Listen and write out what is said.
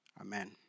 Amen